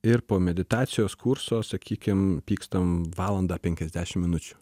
ir po meditacijos kurso sakykim pykstam valandą penkiasdešim minučių